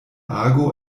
ago